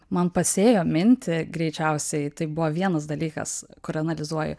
man pasėjo mintį greičiausiai tai buvo vienas dalykas kurį analizuoju